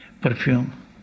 perfume